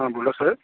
हां बोला साहेब